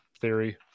theory